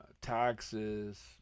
taxes